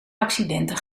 accidenten